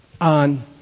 on